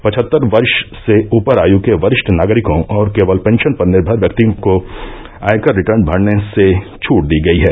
पचहत्तर वर्ष से ऊपर आयु के वरिष्ठ नागरिकों और केवल पेंशन पर निर्मर व्यक्तियों को आयकर रिटर्न भरने से छट दी गई है